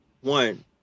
one